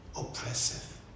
oppressive